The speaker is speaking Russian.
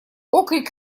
окрик